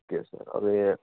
okay sir હવે